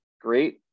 great